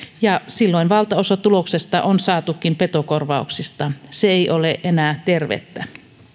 ja silloin valtaosa tuloksesta on saatukin petokorvauksista se ei ole enää tervettä